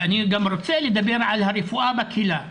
ואני גם רוצה לדבר על הרפואה בקהילה.